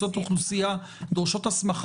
אנחנו הולכים ומתקרבים לסיטואציה שבסופו של דבר